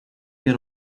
get